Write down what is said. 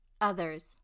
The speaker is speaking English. others